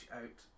out